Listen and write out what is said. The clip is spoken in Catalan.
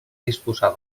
disposar